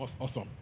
Awesome